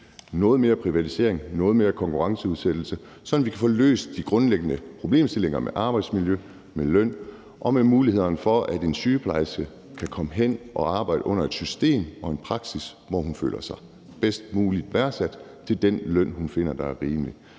noget mere privatisering, noget mere konkurrenceudsættelse, sådan at vi kan få løst de grundlæggende problemstillinger med arbejdsmiljø, med løn og med mulighederne for, at en sygeplejerske kan komme hen at arbejde under et system og en praksis, hvor hun føler sig bedst muligt værdsat til den løn, hun finder er rimelig.